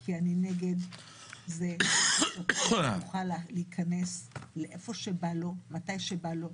כי אני נגד זה ששוטר יוכל להיכנס לאיפה שבא לו מתי שבא לו,